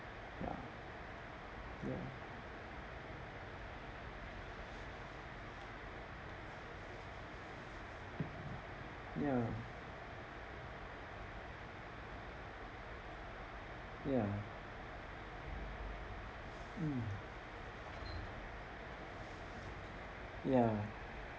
ya ya ya ya mm ya